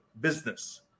business